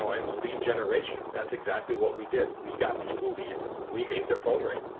it was lead generation. that's exactly what we did. we got people leads, we made their phone ring,